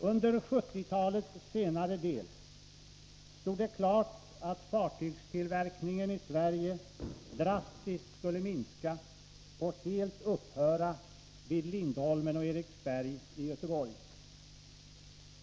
Under 1970-talets senare del stod det klart att fartygstillverkningen i Sverige drastiskt skulle minska och helt upphöra vid Lindholmen och Eriksberg i Göteborg.